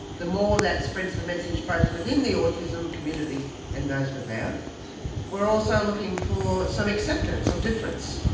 the more that spreads the message both within the autism community and those without. we are also looking for some acceptance of difference.